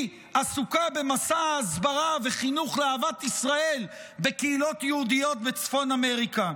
היא עסוקה במסע הסברה וחינוך לאהבת ישראל בקהילות יהודיות בצפון אמריקה.